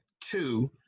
two